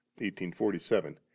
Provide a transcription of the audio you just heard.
1847